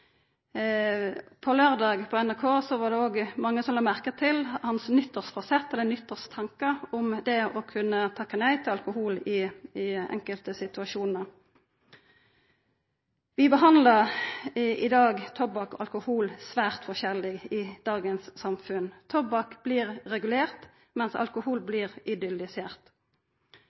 På NRK på laurdag var det også mange som la merke til nyttårsforsettet hans – eller nyttårstankar – om det å kunna takka nei til alkohol i nokre situasjonar. Vi behandlar i dag tobakk og alkohol svært forskjellig i dagens samfunn. Tobakk blir regulert mens alkohol blir idyllisert.